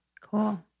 Cool